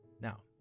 Now